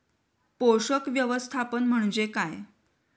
पोषक व्यवस्थापन म्हणजे काय?